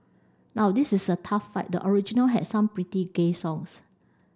now this is a tough fight the original had some pretty gay songs